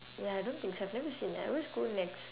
ya I don't think so I've never seen I always go nex